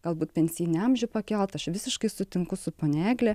galbūt pensijinį amžių pakelti aš visiškai sutinku su ponia egle